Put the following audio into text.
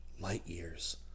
light-years